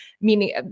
meaning